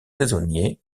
saisonnier